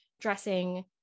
dressing